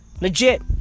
Legit